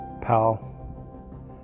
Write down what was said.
pal